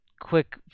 quick